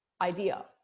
idea